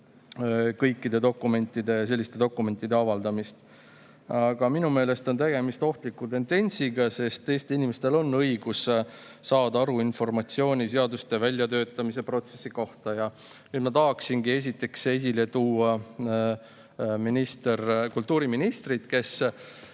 kõikide selliste dokumentide avaldamist. Minu meelest on tegemist ohtliku tendentsiga, sest Eesti inimestel on õigus saada informatsiooni seaduste väljatöötamise protsessi kohta. Ja nüüd ma tahaksingi esile tuua kultuuriministri kaks